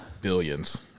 billions